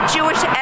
Jewish